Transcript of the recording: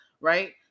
right